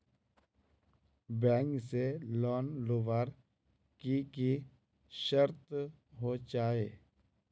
Bank से loan लुबार की की शर्त होचए?